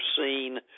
seen